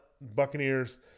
Buccaneers